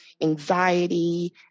anxiety